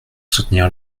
soutenir